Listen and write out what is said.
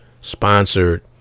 sponsored